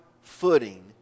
footing